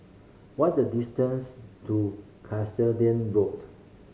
what is the distance to Cuscaden Road